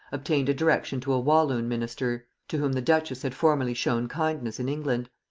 obtained a direction to a walloon minister, to whom the duchess had formerly shown kindness in england.